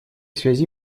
связи